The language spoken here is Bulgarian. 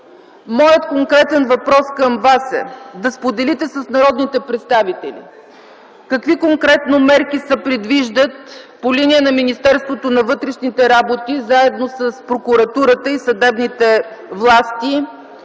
Моят конкретен въпрос към Вас е да споделите с народните представители какви мерки конкретно се предвиждат по линия на Министерството на вътрешните работи, заедно с Прокуратурата и съдебните власти,